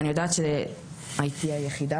אני יודעת שהייתי היחידה.